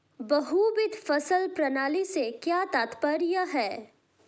बहुविध फसल प्रणाली से क्या तात्पर्य है?